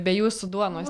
be jūsų duonos